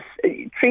treat